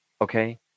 okay